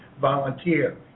volunteer